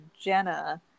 Jenna